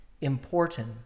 important